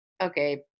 okay